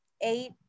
eight